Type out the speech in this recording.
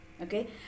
Okay